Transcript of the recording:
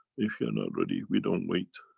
if you're not ready, we don't wait,